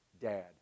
dad